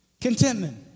Contentment